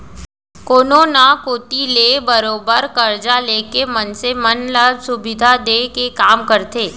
कोनो न कोती ले बरोबर करजा लेके मनसे मन ल सुबिधा देय के काम करथे